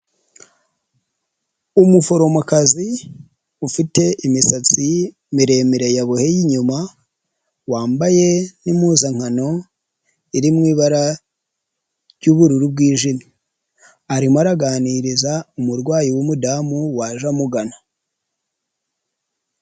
Umuforomokazi ufite imisatsi miremire yaboboye inyuma, wambaye n'impuzankano iri mu ibara ry'ubururu bwijimye, arimo araganiriza umurwayi w'umudamu waje amugana.